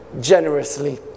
generously